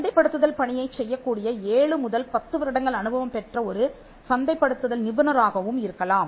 சந்தைப்படுத்துதல் பணியைச் செய்யக்கூடிய ஏழு முதல் பத்து வருடங்கள் அனுபவம் பெற்ற ஒரு சந்தைப்படுத்துதல் நிபுணராகவும் இருக்கலாம்